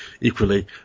equally